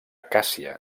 càssia